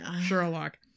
Sherlock